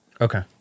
okay